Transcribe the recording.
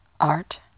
Art